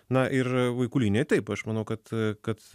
na ir vaikų linija taip aš manau kad kad